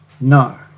no